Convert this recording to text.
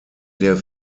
der